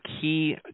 key